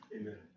Amen